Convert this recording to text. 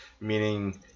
Meaning